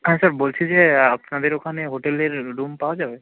হ্যাঁ স্যার বলছি যে আপনাদের ওখানে হোটেলের রুম পাওয়া যাবে